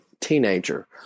teenager